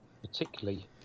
particularly